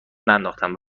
ننداختم